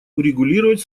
урегулировать